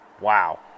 wow